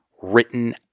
written